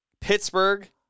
Pittsburgh